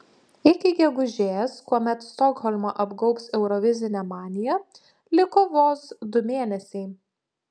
iki gegužės kuomet stokholmą apgaubs eurovizinė manija liko vos du mėnesiai